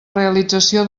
realització